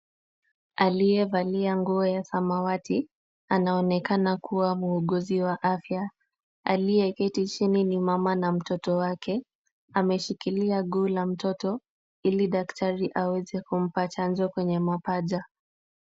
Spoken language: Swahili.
Aliyevalia nguo ya samawati anaonekana kuwa muuguzi wa afya. Aliyeketi chini ni mama na mtoto wake. Ameshikilia guu la mtoto ili daktari aweze kumpa chanjo kwenye mapaja.